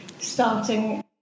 starting